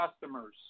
customers